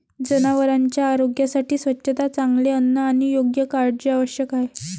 जनावरांच्या आरोग्यासाठी स्वच्छता, चांगले अन्न आणि योग्य काळजी आवश्यक आहे